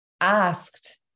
asked